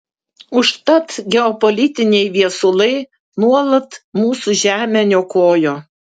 užtat geopolitiniai viesulai nuolat mūsų žemę niokojo